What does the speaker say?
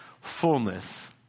fullness